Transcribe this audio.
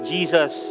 Jesus